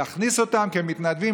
להכניס אותם כמתנדבים,